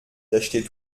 d’acheter